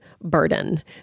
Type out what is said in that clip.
Burden